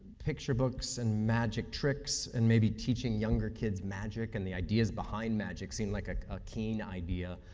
picture books and magic tricks and maybe teaching younger kids magic and the ideas behind magic seem like a ah keen idea.